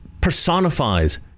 personifies